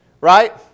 right